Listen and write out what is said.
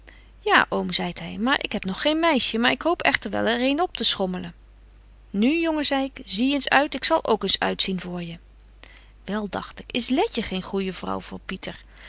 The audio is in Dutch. ja oom zeit hy maar ik heb nog geen meisje maar ik hoop echter er wel een opteschommelen nu jongen zei ik zie eens uit ik zal ook eens uit zien voor je wel dagt ik is letje geen goeje vrouw voor pieter